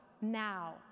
now